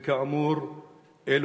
ואם תתעללו בנו,